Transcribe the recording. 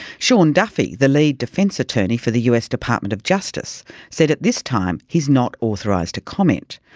sean duffy, the lead defence attorney for the us department of justice said at this time he is not authorised to comment.